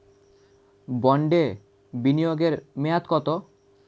বন্ডে বিনিয়োগ এর মেয়াদ কত?